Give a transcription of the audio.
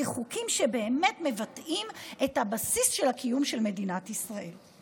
כחוקים שבאמת מבטאים את הבסיס של הקיום של מדינת ישראל.